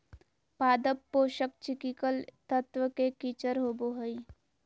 पादप पोषक चिकिकल तत्व के किचर होबो हइ